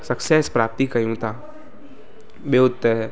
success प्राप्ति कयूं था ॿियो त